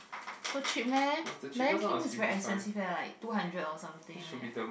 so cheap meh Lion-King is very expensive eh like two hundred or something eh